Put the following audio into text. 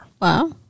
Wow